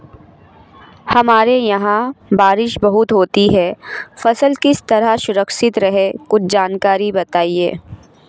हमारे यहाँ बारिश बहुत होती है फसल किस तरह सुरक्षित रहे कुछ जानकारी बताएं?